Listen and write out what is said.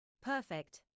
Perfect